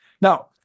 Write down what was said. Now